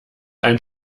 ein